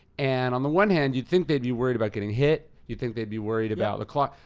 and on the one hand, you'd think they'd be worried about getting hit, you'd think they'd be worried about the clock.